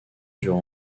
dure